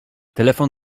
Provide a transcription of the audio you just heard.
telefon